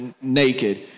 naked